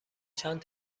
چند